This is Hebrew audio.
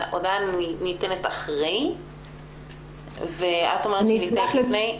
ההודעה ניתנת אחרי ואת אומרת שהיא ניתנת לפני.